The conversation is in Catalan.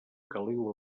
caliu